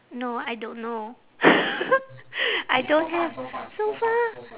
no I don't know I don't have so far